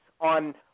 on